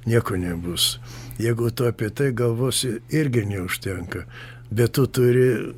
nieko nebus jeigu tu apie tai galvosi irgi neužtenka be tu turi